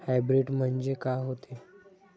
Hybrid म्हनजे का होते?